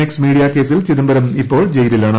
X media കേസിൽ ചിദംബരം ഇപ്പോൾ ജയിലിലാണ്